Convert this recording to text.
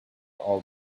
all